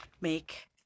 Make